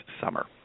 summer